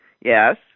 yes